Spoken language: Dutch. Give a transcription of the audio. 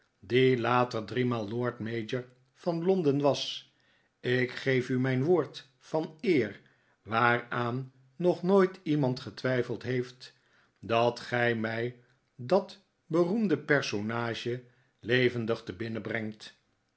die later driemaal lord mayor van londen was ik geef u mijn woord van eer waaraan nog nooit iemand getwijfeld heeft dat gij mij dat beroemde personage levendig te binnen